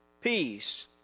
Peace